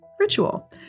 ritual